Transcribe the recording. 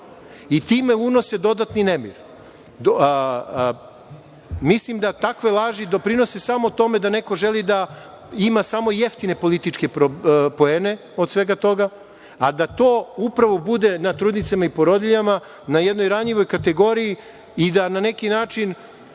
i time unose dodatni nemir. Mislim da takve laži doprinose samo tome da neko želi da ima samo jeftine političke poene od svega toga, a da to upravo bude na trudnicama i porodiljama, na jednoj ranjivoj kategoriji i da na neki način